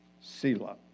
Selah